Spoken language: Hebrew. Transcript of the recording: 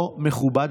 לא מכובד,